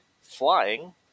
Flying